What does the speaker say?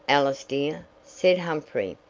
alice, dear, said humphrey,